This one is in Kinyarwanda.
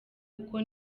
kuko